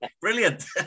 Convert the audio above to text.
Brilliant